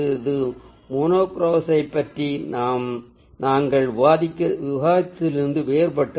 இது மோனோக்ரோமை பற்றி நாங்கள் விவாதித்ததிலிருந்து வேறுபட்டது